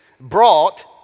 brought